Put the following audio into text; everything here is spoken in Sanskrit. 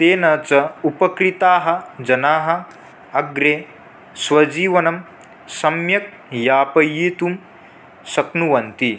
तेन च उपकृताः जनाः अग्रे स्वजीवनं सम्यक् यापयितुं शक्नुवन्ति